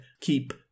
keep